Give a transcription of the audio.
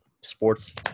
sports